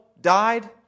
died